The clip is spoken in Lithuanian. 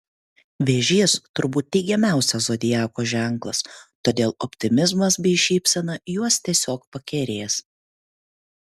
vėžys turbūt teigiamiausias zodiako ženklas todėl optimizmas bei šypsena juos tiesiog pakerės